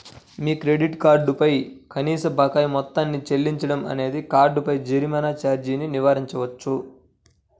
మీ credit card పై కనీస బకాయి మొత్తాన్ని చెల్లించడం అనేది కార్డుపై జరిమానా ఛార్జీని నివారించవచ్చు